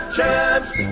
Champs